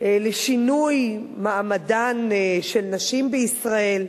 לשינוי מעמדן של נשים בישראל.